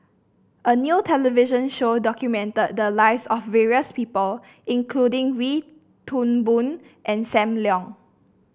a new television show documented the lives of various people including Wee Toon Boon and Sam Leong